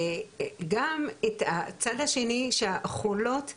גם את הצד השני שהחולות במיוחד,